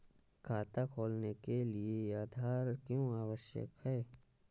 खाता खोलने के लिए आधार क्यो आवश्यक है?